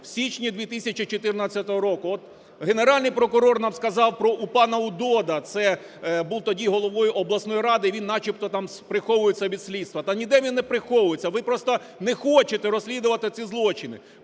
в січні 2014 року, от Генеральний прокурор нам сказав про пана Удода, це був тоді головою обласної ради, він начебто там приховується від слідства. Та ніде він не приховується, ви просто не хочете розслідувати ці злочини.